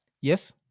Yes